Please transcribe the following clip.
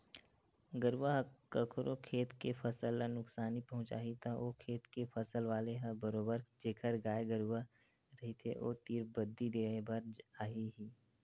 गरुवा ह कखरो खेत के फसल ल नुकसानी पहुँचाही त ओ खेत के फसल वाले ह बरोबर जेखर गाय गरुवा रहिथे ओ तीर बदी देय बर आही ही